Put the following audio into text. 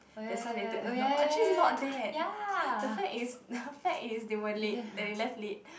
that's why they took but actually is not there the fact is the fact is they were late that they left late